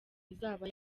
izaba